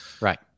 Right